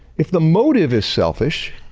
if the motive is selfish,